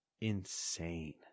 insane